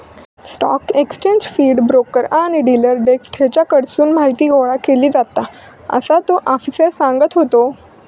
stock exchange feed, broker आणि dealer desk हेच्याकडसून माहीती गोळा केली जाता, असा तो आफिसर सांगत होतो